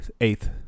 eighth